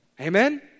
Amen